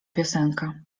piosenka